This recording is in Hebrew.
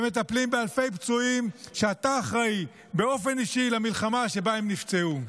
שמטפלים באלפי פצועים שאתה אחראי באופן אישי למלחמה שבה הם נפצעו.